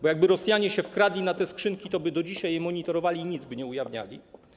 Bo jakby Rosjanie się wkradli do tych skrzynek, to do dzisiaj by je monitorowali i nic by nie ujawniali.